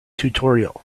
tutorial